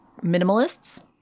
minimalists